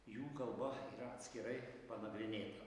jų kalba yra atskirai panagrinėta